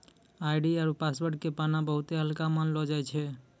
ID आरु password के पाना बहुते हल्का मानलौ जाय छै